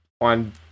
on